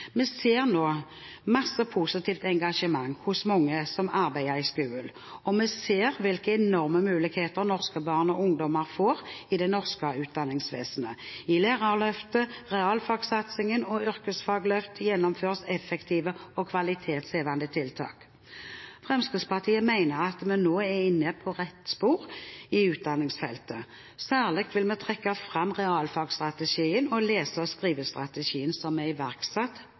Vi ser nå masse positivt engasjement hos mange som arbeider i skolen, og vi ser hvilke enorme muligheter norske barn og ungdommer får i det norske utdanningsvesenet. I Lærerløftet, i realfagssatsingen og i Yrkesfagløftet gjennomføres effektive og kvalitetshevende tiltak. Fremskrittspartiet mener at vi nå er inne på rett spor i utdanningsfeltet. Særlig vil vi trekke fram realfagstrategien og lese- og skrivestrategien som er iverksatt